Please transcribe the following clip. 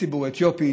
לציבור האתיופי,